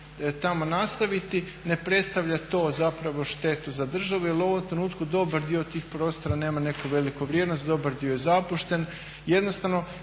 tamo nastaviti ne predstavlja to zapravo štetu za državu. Jer u ovom trenutku dobar tih prostora nema neku veliku vrijednost, dobar dio je zapušten.